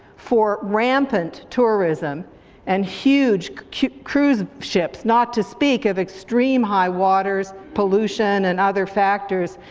for rampant tourism and huge cruise ships, not to speak of extreme high waters, pollution, and other factors,